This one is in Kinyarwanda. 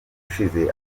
ushize